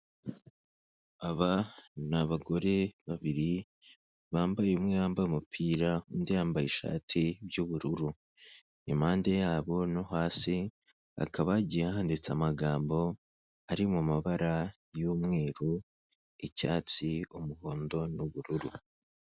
Aba ni abagore babiri bambaye umwe yambaye umupira undi yambaye ishati y'ubururu, impande yabo no hasi hakaba hagiye handitse amagambo ari mu mabara y'umweru, icyatsi, umuhondo n'ubururu.